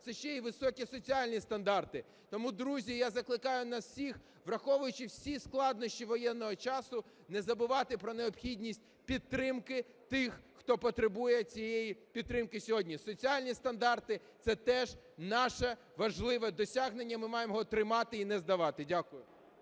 це ще й високі соціальні стандарти. Тому, друзі, я закликаю нас всіх, враховуючи всі складнощі воєнного часу, не забувати про необхідність підтримки тих, хто потребує цієї підтримки сьогодні. Соціальні стандарти – це теж наше важливе досягнення, і ми маємо його тримати і не здавати. Дякую.